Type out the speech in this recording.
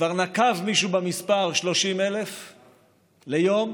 כבר נקב מישהו במספר 30,000 ליום,